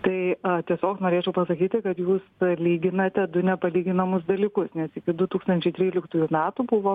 tai a tiesiog norėčiau pasakyti kad jūs lyginate du nepalyginamus dalykus nes iki du tūkstančiai tryliktųjų metų buvo